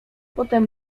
potem